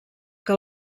que